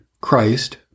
Christ